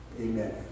Amen